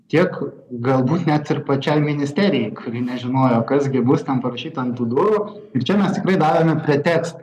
tiek galbūt net ir pačiai ministerijai kuri nežinojo kas gi bus ten parašyta an tų durų ir čia mes tikrai davėme pretekstą